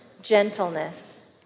gentleness